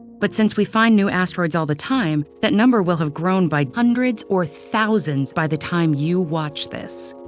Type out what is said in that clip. but since we find new asteroids all the time, that number will have grown by hundreds or thousands by the time you watch this.